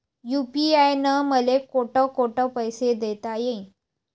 UPI न मले कोठ कोठ पैसे देता येईन?